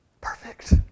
Perfect